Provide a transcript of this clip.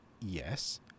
yes